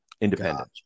independent